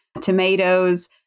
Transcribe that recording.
tomatoes